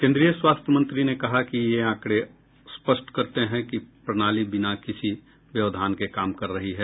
केन्द्रीय स्वास्थ्य मंत्री ने कहा है कि ये आंकड़े स्पष्ट करते हैं कि प्रणाली बिना किसी व्यवधान के काम कर रही है